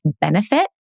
benefit